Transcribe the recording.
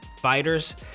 fighters